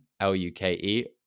L-U-K-E